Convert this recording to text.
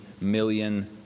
million